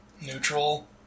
neutral